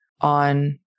on